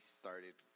started